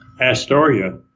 Astoria